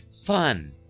Fun